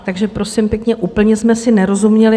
Takže prosím pěkně, úplně jsme si nerozuměli.